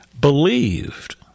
believed